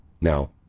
Now